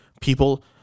People